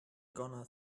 gonna